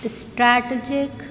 strategic